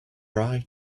right